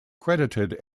credited